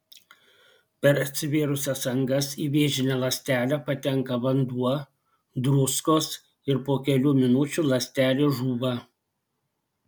per atsivėrusias angas į vėžinę ląstelę patenka vanduo druskos ir po kelių minučių ląstelė žūva